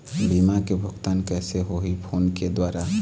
बीमा के भुगतान कइसे होही फ़ोन के द्वारा?